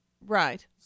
Right